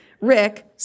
Rick